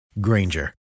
Granger